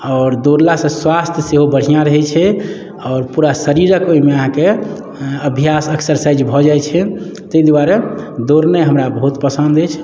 आओर दौड़ला से स्वास्थ्य सेहो बढ़िऑं रहै छै आओर पूरा शरीरक ओहिमे अहाँके अभ्यास एक्सरसाइज भऽ जाइ छै ताहि दुआरे दौड़नाइ हमरा बहुत पसन्द अछि